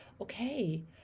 okay